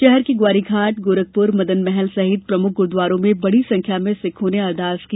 शहर के ग्वारीघांट गोरखपुर मदनमहल सहित प्रमुख गुरूद्वारों में बड़ी संख्या में सिखों ने अरदास की